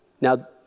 Now